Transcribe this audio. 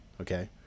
Okay